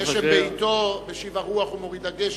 גשם בעתו, משיב הרוח ומוריד הגשם.